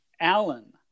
Allen